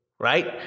right